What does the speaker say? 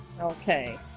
Okay